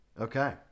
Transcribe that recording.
Okay